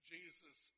Jesus